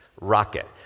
rocket